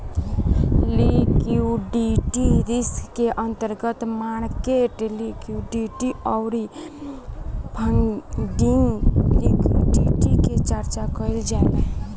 liquidity risk के अंतर्गत market liquidity अउरी फंडिंग लिक्विडिटी के चर्चा कईल जाला